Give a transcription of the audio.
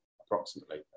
approximately